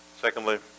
Secondly